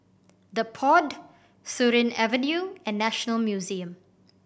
The Pod Surin Avenue and National Museum